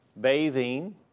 bathing